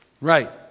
Right